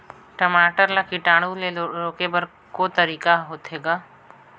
टमाटर ला कीटाणु ले रोके बर को तरीका होथे ग?